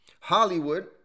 Hollywood